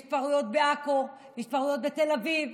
יש התפרעויות בעכו ויש התפרעויות בתל אביב.